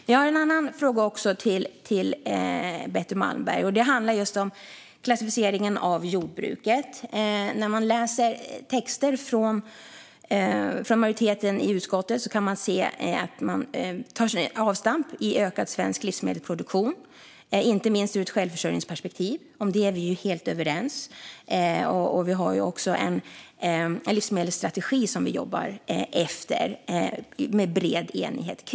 Jag har en annan fråga till Betty Malmberg. Den handlar just om klassificeringen av jordbruket. När man läser texter från majoriteten i utskottet kan man se att majoriteten tar avstamp i ökad svensk livsmedelsproduktion, inte minst ur ett självförsörjningsperspektiv. Om detta är vi helt överens. Vi har också en livsmedelsstrategi som vi jobbar med i bred enighet.